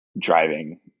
driving